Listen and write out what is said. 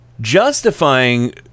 justifying